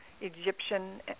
Egyptian